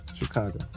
Chicago